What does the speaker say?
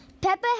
Peppa